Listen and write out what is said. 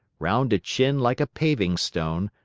round a chin like a paving-stone,